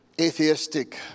atheistic